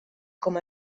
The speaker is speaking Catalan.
com